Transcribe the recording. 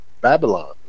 Babylon